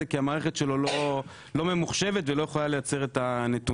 כי המערכת שלו לא ממוחשבת ולא יכולה לייצר את הנתונים.